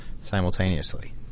simultaneously